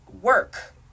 work